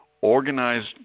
organized